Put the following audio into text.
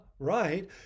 right